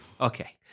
Okay